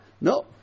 No